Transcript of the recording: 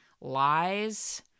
lies